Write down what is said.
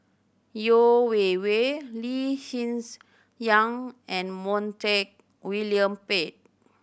Yeo Wei Wei Lee Hsien Yang and Montague William Pett